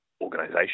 organisation